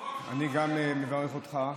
גם אני מברך אותך,